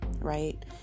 right